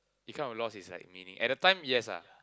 it kind of lost it's like meaning at that time yes ah